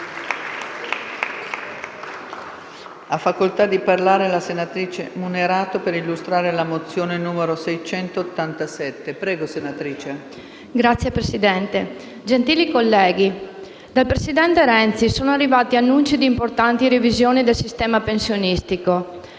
Signora Presidente, gentili colleghi, dal presidente Renzi sono arrivati annunci di importanti revisioni del sistema pensionistico,